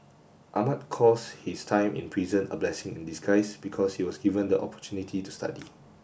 Ahmad calls his time in prison a blessing in disguise because he was given the opportunity to study